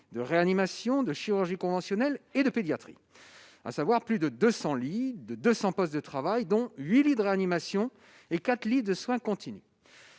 de réanimation, de chirurgie conventionnelle et de pédiatrie. Cela représente plus de 200 lits et 200 postes de travail, dont 8 lits de réanimation et 4 lits de soins continus.